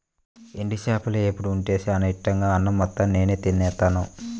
ఎండు చేపల వేపుడు ఉంటే చానా ఇట్టంగా అన్నం మొత్తం నేనే తినేత్తాను